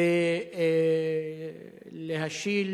ולהשיל,